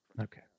Okay